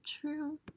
true